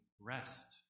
rest